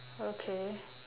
okay